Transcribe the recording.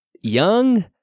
young